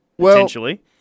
potentially